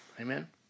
Amen